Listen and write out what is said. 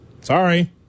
Sorry